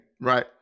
right